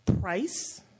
price